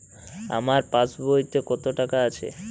আমার পাসবইতে কত টাকা আছে?